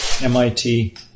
mit